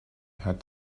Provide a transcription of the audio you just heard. had